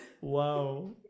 Wow